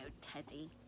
teddy